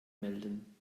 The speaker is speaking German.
melden